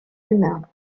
humains